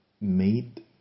made